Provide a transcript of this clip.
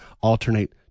alternate